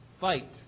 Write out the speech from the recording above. fight